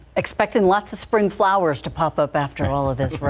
expecting lots of spring flowers to pop up after all of this